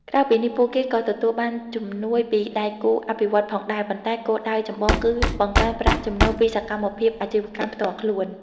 ក្រៅពីនេះ ពួកគេក៏ទទួលបានជំនួយពីដៃគូអភិវឌ្ឍន៍ផងដែរ ប៉ុន្តែគោលដៅចម្បងគឺបង្កើនប្រាក់ចំណូលពីសកម្មភាពអាជីវកម្មផ្ទាល់ខ្លួន ។